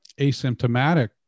asymptomatic